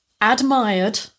admired